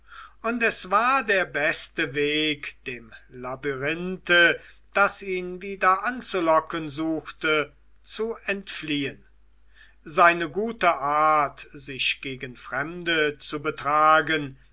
und es war der beste weg dem labyrinthe das ihn wieder anzulocken suchte zu entfliehen seine gute art sich gegen fremde zu betragen